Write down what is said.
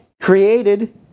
created